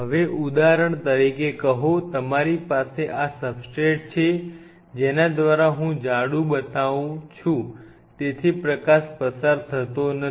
હવે ઉદાહરણ તરીકે કહો તમારી પાસે આ સબસ્ટ્રેટ છે જેના દ્વારા હું જાડું બનાવું છું તેથી પ્રકાશ પસાર થતો નથી